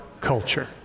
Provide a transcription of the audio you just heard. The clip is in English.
culture